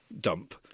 dump